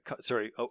Sorry